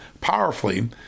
powerfully